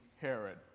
Herod